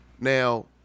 Now